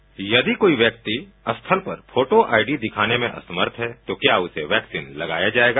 प्रश्न यदि कोई व्यक्ति स्थल पर फोटो आईडी दिखाने में असमर्थ हैं तो क्या उसे वैक्सीन लगाया जाएगा